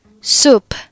soup